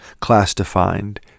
class-defined